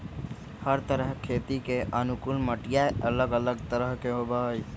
हर तरह खेती के अनुकूल मटिया अलग अलग तरह के होबा हई